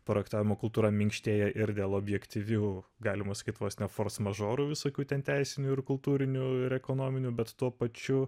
projektavimo kultūra minkštėja ir dėl objektyvių galima sakyt vos ne fors mažorų visokių ten teisinių ir kultūrinių ir ekonominių bet tuo pačiu